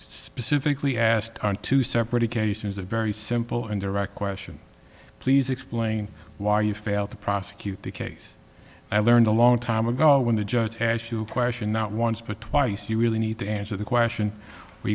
specifically asked on two separate occasions a very simple and direct question please explain why you failed to prosecute the case i learned a long time ago when the judge has to question not once but twice you really need to answer the question